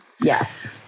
Yes